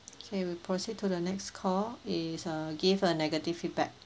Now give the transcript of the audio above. okay we proceed to the next call is uh give a negative feedback